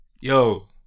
Yo